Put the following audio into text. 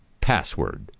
password